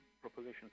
Proposition